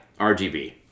RGB